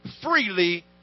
freely